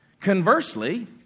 Conversely